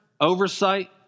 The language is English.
oversight